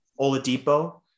Oladipo